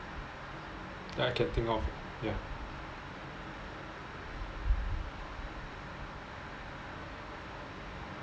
that I can think of ya